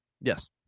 Yes